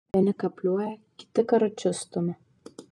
vieni kapliuoja kiti karučius stumia